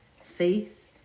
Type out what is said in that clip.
faith